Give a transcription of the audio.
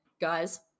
guys